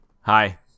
Hi